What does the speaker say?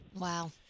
wow